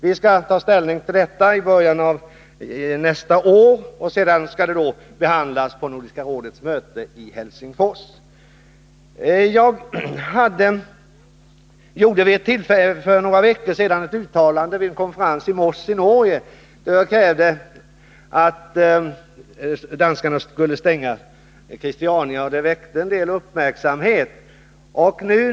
Vi skall ta ställning till detta i början av nästa år, och det skall sedan behandlas på Nordiska rådets möte i Helsingfors. Jag gjorde för några veckor sedan ett uttalande vid en konferens i Voss i Norge, där jag krävde att danskarna skulle stänga Christiania. Det väckte en del uppmärksamhet.